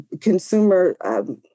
consumer